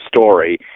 story